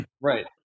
right